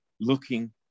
looking